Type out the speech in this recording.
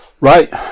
Right